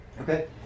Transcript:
okay